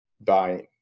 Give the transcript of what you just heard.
buying